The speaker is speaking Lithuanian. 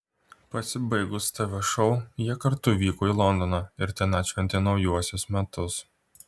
pasibaigus tv šou jie kartu vyko į londoną ir ten atšventė naujuosius metus